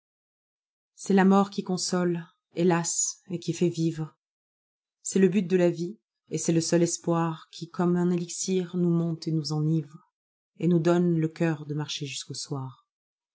c'est la mort qui console hélasi et qui fait vivre c'est le but de la vie et c'est le seul espoirqui comme un élixir nous monte et nous enivre et nous donne le cœur de marcher jusqu'au soir